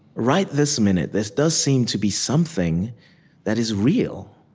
right this minute, this does seem to be something that is real,